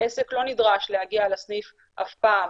העסק לא נדרש להגיע לסניף אף פעם,